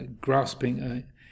grasping